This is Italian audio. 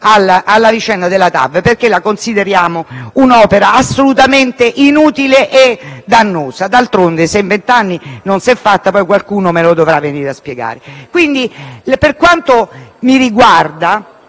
alla vicenda della linea TAV, perché la consideriamo un'opera assolutamente inutile e dannosa. D'altronde, se per vent'anni non s'è fatta, qualcuno mi dovrà dare una spiegazione. Per quanto mi riguarda,